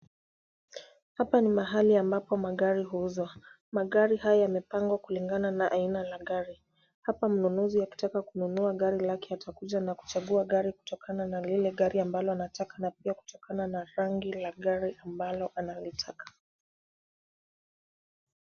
Hapa ni mahali ambapo magari huuzwa, magari haya yamepangwa kulingana na aina la gari. Hapa mnunuzi akitaka kununua gari lake atakuja na kuchagua gari kutokana na lile gari ambalo anataka na pia kutokana na rangi la gari ambalo analitaka.